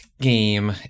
game